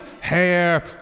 hair